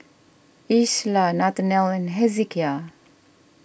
Isla Nathanael and Hezekiah